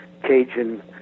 Cajun